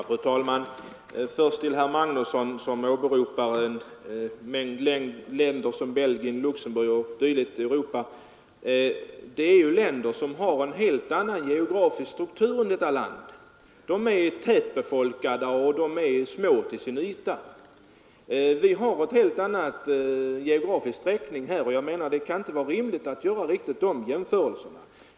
Fru talman! Först vill jag säga till herr Magnusson i Kristinehamn, som åberopade en mängd länder i Europa såsom Belgien, Luxemburg m.fl., att dessa länder har en helt annan geografisk struktur än vårt land. De är tätbefolkade och mindre till sin yta. Sverige har en annan geografisk utsträckning. Det kan inte vara rimligt att göra sådana jämförelser.